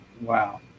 Wow